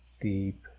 deep